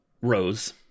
Rose